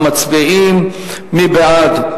אנחנו מצביעים: מי בעד?